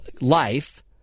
life